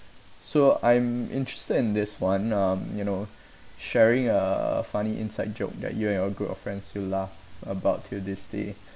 so I'm interested in this one um you know sharing a funny inside joke that you and your group of friends still laugh about till this day